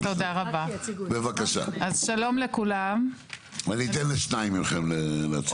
בבקשה, אתן לשניים מכם להציג.